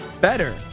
better